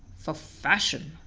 for fashion!